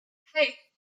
hey